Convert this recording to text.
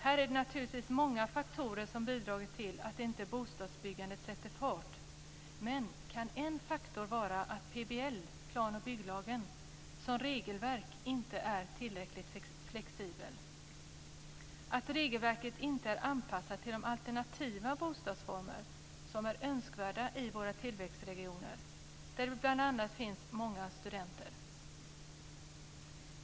Här är det naturligtvis många faktorer som bidragit till att bostadsbyggandet inte sätter fart. Kan en faktor vara att PBL, plan och bygglagen, som regelverk inte är tillräckligt flexibel, att regelverket inte är anpassat till de alternativa bostadsformer som är önskvärda i våra tillväxtregioner där det bl.a. finns många studenter?